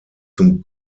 zum